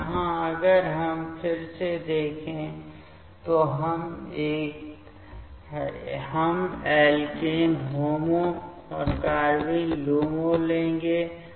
तो यहाँ अगर हम फिर से देखें तो हम एल्केन HOMO और कार्बाइन LUMO लेंगे